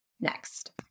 next